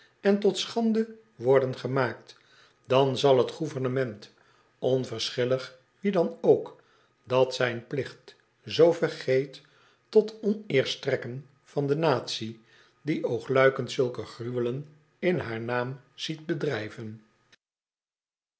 en tot schande worden gemaakt dan zal t gouvernement onverschillig wie dan ook dat zijn plicht zoo vergeet tot oneer strekken van de natie die oogluikend zulke gruwelen in haar naam ziet bedrijven